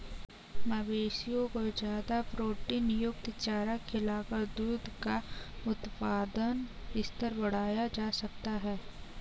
मवेशियों को ज्यादा प्रोटीनयुक्त चारा खिलाकर दूध का उत्पादन स्तर बढ़ाया जा सकता है